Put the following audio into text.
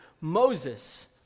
Moses